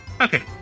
Okay